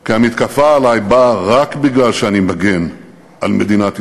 כי המתקפה עלי באה רק מפני שאני מגן על מדינת ישראל.